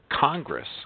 Congress